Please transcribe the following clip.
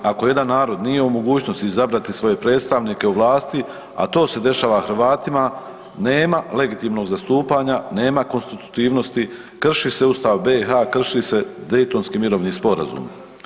Ako jedan narod nije u mogućnosti izabrati svoje predstavnike u vlasti a to se dešava Hrvatima, nema legitimnog zastupanja, nema konstitutivnosti, krši se ustav BiH-a, krši se Daytonski mirovni sporazum.